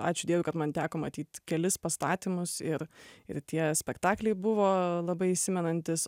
ačiū dievui kad man teko matyt kelis pastatymus ir ir tie spektakliai buvo labai įsimenantys